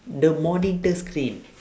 the monitor screen